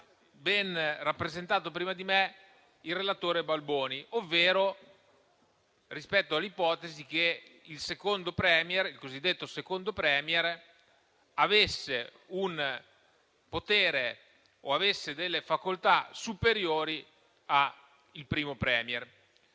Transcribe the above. ben rappresentato prima di me il relatore Balboni rispetto all'ipotesi che il cosiddetto secondo *Premier* avesse potere o facoltà superiori al primo *Premier.*